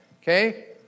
okay